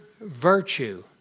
virtue